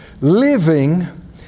Living